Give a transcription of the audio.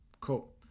Cool